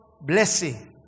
blessing